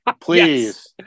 Please